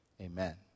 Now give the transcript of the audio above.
amen